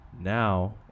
now